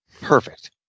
Perfect